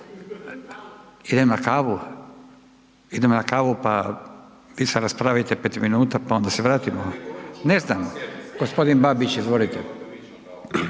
Idem na kavu, pa vi se raspravite 5 minuta pa onda se vratimo, ne znam. Gospodin Babić izvolite.